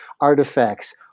artifacts